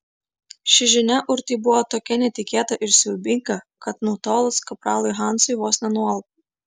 ši žinia urtei buvo tokia netikėta ir siaubinga kad nutolus kapralui hansui vos nenualpo